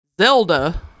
Zelda